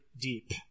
deep